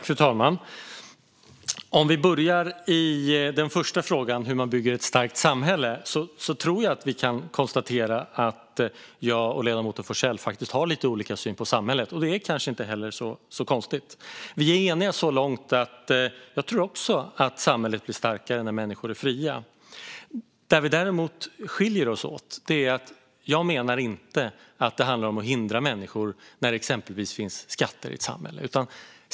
Fru talman! Låt oss börja med den första frågan om hur man bygger ett starkt samhälle. Jag tror att vi kan konstatera att jag och ledamoten Forssell faktiskt har lite olika syn på samhället. Det är kanske inte heller så konstigt. Vi är eniga så långt att jag också tror att samhället blir starkare när människor är fria. Där vi däremot skiljer oss åt är att jag inte menar att det handlar om att hindra människor med exempelvis skatter i ett samhälle.